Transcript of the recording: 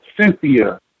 Cynthia